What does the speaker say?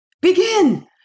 Begin